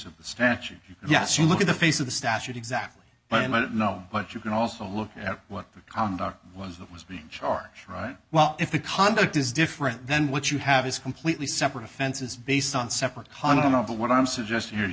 of the statute yes you look at the face of the statute exactly but i don't know but you can also look at what the conduct was that was being charged right well if the conduct is different then what you have is completely separate offenses based on separate content of the what i'm suggesting here